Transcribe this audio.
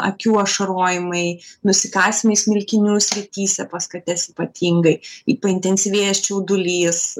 akių ašarojimai nusikasymai smilkinių srityse pas kates ypatingai ir paintensyvėjęs čiaudulys